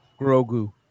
Grogu